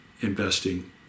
investing